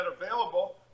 available